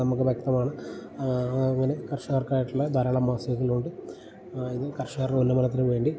നമുക്ക് വ്യക്തമാണ് അങ്ങനെ കർഷകർക്കായിട്ടുള്ള ധാരാളം മാസികകളുണ്ട് ഇത് കർഷകർ ഉന്നമനത്തിന് വേണ്ടി